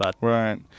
Right